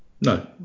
No